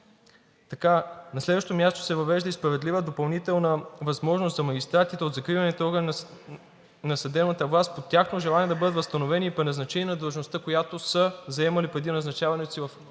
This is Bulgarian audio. власт. На следващо място се въвежда и справедлива допълнителна възможност за магистратите от закривания орган на съдебната власт по тяхно желание да бъдат възстановени и преназначени на длъжността, която са заемали преди назначаването си